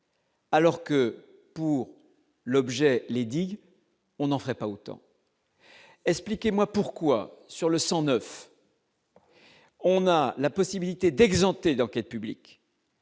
Alors que pour l'objet les digues, on n'en ferait pas autant, expliquez-moi pourquoi sur le sang 9. On a la possibilité d'exempter d'enquête publique.